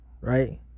right